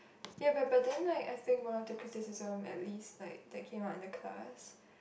ya but but then like I think one of the criticism at least like that came out in the class